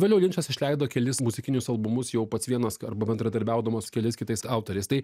vėliau linčas išleido kelis muzikinius albumus jau pats vienas arba bendradarbiaudamas su keliais kitais autoriais tai